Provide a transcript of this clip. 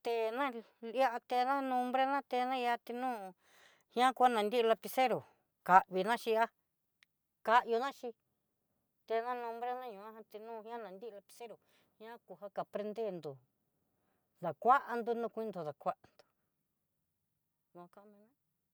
Té na liá te ná nunbrana te ná ihá tí no ñakuana nri lapicero, ka'a vina xhiá ká ihóna xhí te na nonbrena ihó jaan, tená na nri lapicero ña ku ja aprender ndó, dakuannró no kuendo dakuando nokanmina.